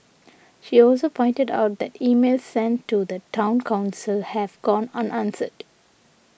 she also pointed out that emails sent to the Town Council have gone unanswered